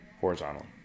horizontally